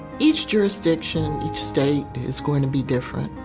each jurisdiction, each state, is going to be different,